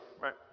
right